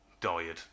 died